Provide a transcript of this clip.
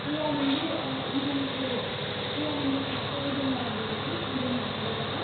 प्रिया लिम्बू इडेनको प्रिया लिम्बू इडेनबाट बोलेको इडेन हस्पिटलबाट